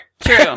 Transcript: True